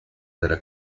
dalla